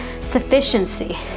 Sufficiency